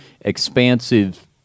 expansive